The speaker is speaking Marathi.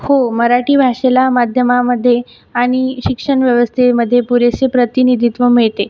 हो मराठी भाषेला माध्यमामध्ये आणि शिक्षणव्यवस्थेमध्ये पुरेसे प्रतिनिधित्व मिळते